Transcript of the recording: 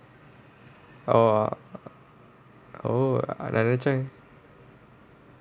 orh oh july